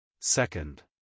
Second